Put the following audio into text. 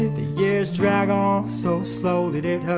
the years drag on so slow that it hurts